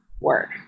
work